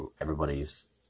everybody's